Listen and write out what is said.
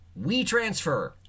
WeTransfer